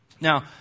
Now